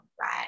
right